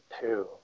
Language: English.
two